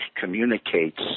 communicates